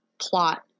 plot